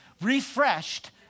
refreshed